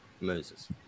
Moses